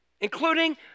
Including